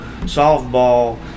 softball